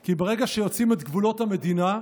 כי ברגע שיוצאים את גבולות המדינה,